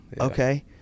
Okay